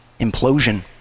implosion